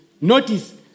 Notice